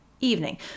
evening